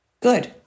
Good